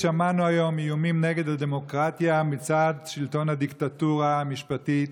שמענו היום איומים על הדמוקרטיה מצד שלטון הדיקטטורה המשפטית,